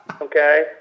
Okay